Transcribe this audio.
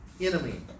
enemy